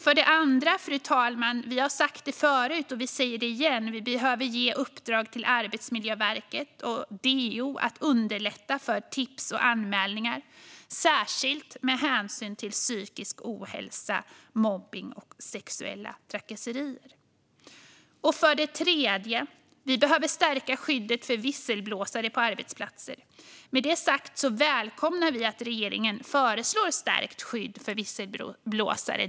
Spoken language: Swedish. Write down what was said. För det andra - vi har sagt det förut, och vi säger det igen - behöver vi ge ett uppdrag till Arbetsmiljöverket och DO att underlätta för tips och anmälningar, särskilt med hänsyn till psykisk ohälsa, mobbning och sexuella trakasserier. För det tredje behöver vi stärka skyddet för visselblåsare på arbetsplatser. Med det sagt välkomnar vi att regeringen föreslår stärkt skydd för visselblåsare.